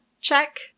check